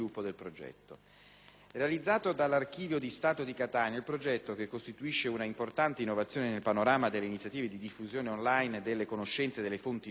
Realizzato dall'Archivio di Stato di Catania, il progetto, che costituisce una importante innovazione nel panorama delle iniziative di diffusione *on line* delle conoscenze e delle fonti storiche,